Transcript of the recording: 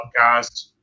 podcast